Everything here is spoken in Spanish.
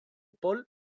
paul